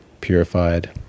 purified